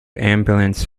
ambulance